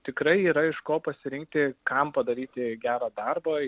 tikrai yra iš ko pasirinkti kam padaryti gerą darbą